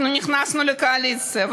אנחנו נכנסנו לקואליציה,